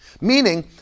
meaning